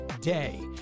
day